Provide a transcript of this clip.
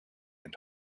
and